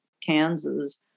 Kansas